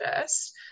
first